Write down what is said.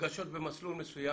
נפגשות במסלול מסוים,